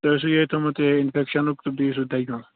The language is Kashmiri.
تۅہہِ اوسوٕ یِہےَ تھوٚمُت یہِ اِنفیٚکشینُک تہٕ بیٚیہِ اوسوٕ دَگہِ ہُنٛد